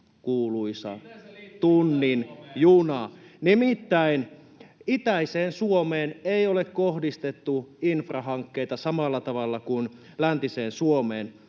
Itä-Suomeen?] — Nimittäin itäiseen Suomeen ei ole kohdistettu infrahankkeita samalla tavalla kuin läntiseen Suomeen.